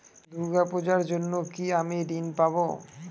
দূর্গা পূজার জন্য কি আমি ঋণ পাবো?